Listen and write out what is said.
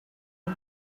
the